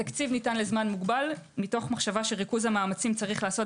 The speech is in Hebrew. התקציב ניתןלזמן מוגבל מתוך מחשבה שריכוז המאמצים צריך להיעשות